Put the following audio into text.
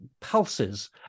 pulses